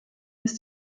ist